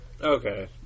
Okay